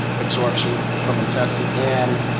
absorption from intestine and